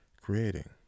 creating